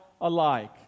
alike